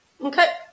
Okay